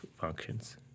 functions